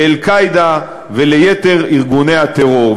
ל"אל-קאעידה" וליתר ארגוני הטרור.